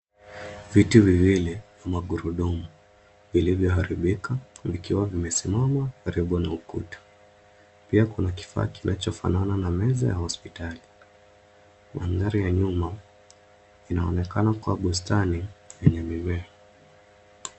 Viti viwili ya magurudumu vilivyoharibika vikiwa vimesimama karibu na ukuta. Pia kuna kifaa kinachofanana na meza ya hospitali. Mandhari ya nyuma inaonekana kuwa bustani yenye mimea.